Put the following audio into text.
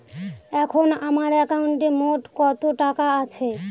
এখন আমার একাউন্টে মোট কত টাকা আছে?